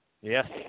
Yes